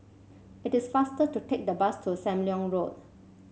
it is faster to take the bus to Sam Leong Road